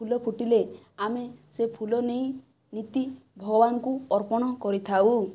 ଫୁଲ ଫୁଟିଲେ ଆମେ ସେ ଫୁଲ ନେଇ ନିତି ଭଗବାନକୁ ଅର୍ପଣ କରିଥାଉ